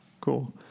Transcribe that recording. cool